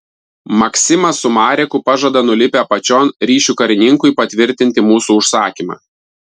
maksimas su mareku pažada nulipę apačion ryšių karininkui patvirtinti mūsų užsakymą